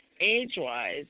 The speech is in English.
age-wise